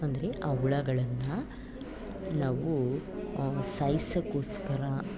ಅಂದರೆ ಆ ಹುಳುಗಳನ್ನು ನಾವು ಸಾಯಿಸೋಕ್ಕೋಸ್ಕರ